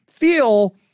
Feel